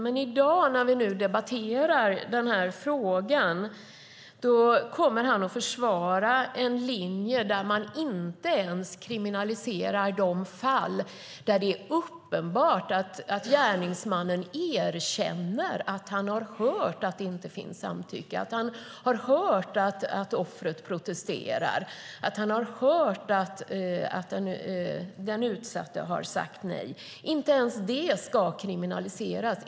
Men när vi i dag debatterar denna fråga försvarar han en linje där man inte ens kriminaliserar de fall där gärningsmannen erkänner att han har hört att det inte finns samtycke, där han har hört offret protestera och där han har hört den utsatta säga nej. Inte ens det ska kriminaliseras.